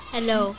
Hello